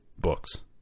books